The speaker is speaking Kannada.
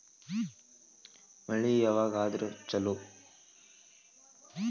ಮಳಿ ಯಾವಾಗ ಆದರೆ ಛಲೋ?